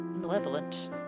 Malevolent